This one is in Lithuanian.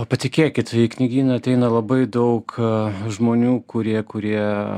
patikėkit į knygyną ateina labai daug žmonių kurie kurie